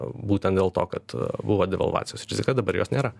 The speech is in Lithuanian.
būtent dėl to kad buvo devalvacijos rizika dabar jos nėra